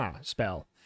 Spell